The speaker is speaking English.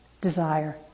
desire